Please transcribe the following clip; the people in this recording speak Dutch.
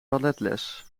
balletles